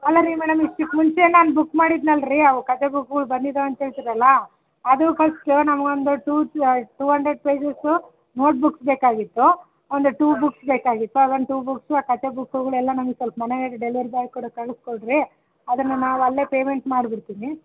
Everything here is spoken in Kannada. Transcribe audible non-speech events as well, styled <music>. ಅಲ್ಲ ರೀ ಮೇಡಮ್ ಇಷ್ಟಕ್ಕೆ ಮುಂಚೆ ನಾನು ಬುಕ್ ಮಾಡಿದ್ನಲ್ಲ ರೀ ಅವು ಕಥೆ ಬುಕ್ಗಳು ಬಂದಿದಾವೆ ಅಂತ ಹೇಳ್ತೀರಲ್ಲ ಅದು <unintelligible> ನಮ್ಗೆ ಒಂದು ಟೂ ಹಂಡ್ರೆಡ್ ಪೇಜಸು ನೋಟ್ಬುಕ್ಸ್ ಬೇಕಾಗಿತ್ತು ಒಂದು ಟೂ ಬುಕ್ಸ್ ಬೇಕಾಗಿತ್ತು ಅದೊಂದು ಟೂ ಬುಕ್ಸು ಆ ಕಥೆ ಬುಕ್ಕುಗಳೆಲ್ಲ ನಮ್ಗೆ ಸ್ವಲ್ಪ ಮನೆಗೆ ಡೆಲ್ವರಿ ಬಾಯ್ ಕೂಡ ಕಳಿಸ್ಕೊಡ್ರಿ ಅದನ್ನು ನಾವು ಅಲ್ಲೇ ಪೇಮೆಂಟ್ ಮಾಡಿಬಿಡ್ತೀನಿ